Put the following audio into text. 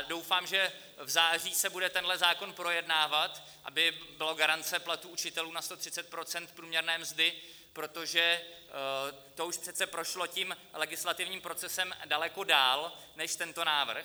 Doufám, že v září se bude tento zákon projednávat, aby byla garance platů učitelů na 130 % průměrné mzdy, protože to už přece prošlo legislativním procesem daleko dál než tento návrh.